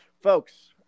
Folks